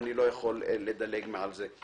ואני לא יכול לדלג מעל זה.